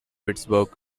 pittsburgh